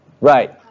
Right